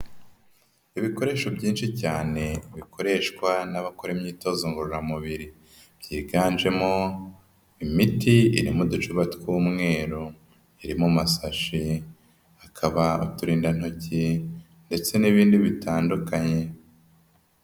Ibikoresho byinshi cyane bikoreshwa n'abakora imyitozo ngororamubiri, byiganjemo imiti iri mu ducupa tw'umweru, iri mu masashi, hakaba uturindantoki ndetse n'ibindi bitandukanye.